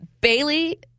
Bailey